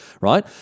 Right